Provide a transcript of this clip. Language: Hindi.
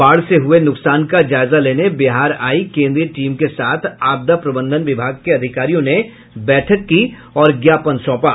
बाढ़ से हुए नुकसान का जायजा लेने बिहार आई केंद्रीय टीम के साथ आपदा प्रबंधन विभाग के अधिकारियों ने बैठक की और ज्ञापन सौंपा